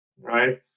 right